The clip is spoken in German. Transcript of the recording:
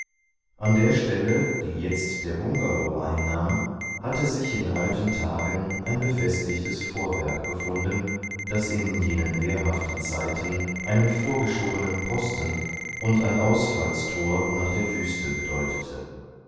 an der stelle die jetzt der bungalow einnahm hatte sich in alten tagen ein befestigtes vorwerk befunden das in jenen wehrhaften zeiten einen vorgeschobenen posten und ein ausfallstor nach der wüste bedeutete